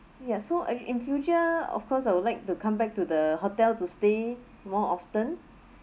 ya so and in future of course I would like to come back to the hotel to stay more often